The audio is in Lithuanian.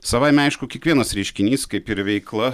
savaime aišku kiekvienas reiškinys kaip ir veikla